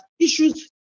issues